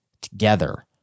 together